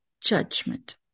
judgment